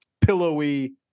pillowy